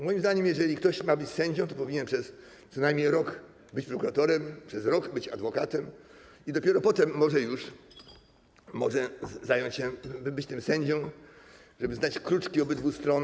Moim zdaniem, jeżeli ktoś ma być sędzią, to powinien przez co najmniej rok być prokuratorem, przez rok być adwokatem i dopiero potem może już być tym sędzią - żeby znać kruczki obydwu stron.